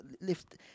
lift